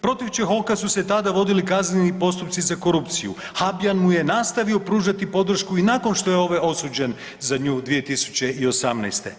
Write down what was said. Protiv Čehoka su se tada vodili kazneni postupci za korupciju, Habijan mu je nastavio pružati podršku i nakon što je ovaj osuđen za nju 2018.